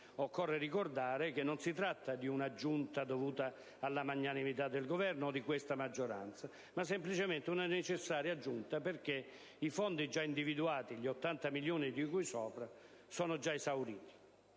Occorre ricordare che si tratta non di una aggiunta dovuta alla magnanimità del Governo o di questa maggioranza, ma semplicemente di una necessaria aggiunta perché i fondi già individuati - gli 80 milioni di cui sopra - sono già esauriti.